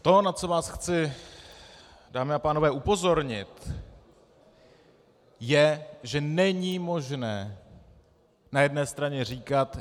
To, na co vás chci, dámy a pánové, upozornit, je, že není možné na jedné straně říkat